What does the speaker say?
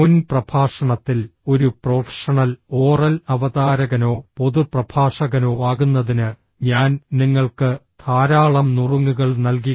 മുൻ പ്രഭാഷണത്തിൽ ഒരു പ്രൊഫഷണൽ ഓറൽ അവതാരകനോ പൊതു പ്രഭാഷകനോ ആകുന്നതിന് ഞാൻ നിങ്ങൾക്ക് ധാരാളം നുറുങ്ങുകൾ നൽകി